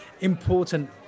important